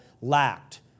lacked